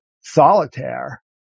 solitaire